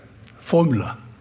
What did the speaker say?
formula